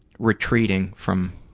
retreating from,